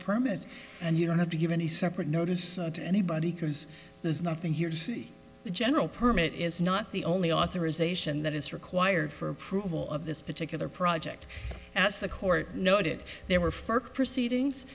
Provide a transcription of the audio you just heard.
permit and you don't have to give any separate notice to anybody cause there's nothing here to see the general permit is not the only authorization that is required for approval of this particular project as the court noted there were further proceedings